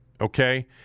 okay